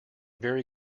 very